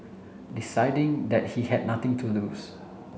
deciding that he had nothing to lose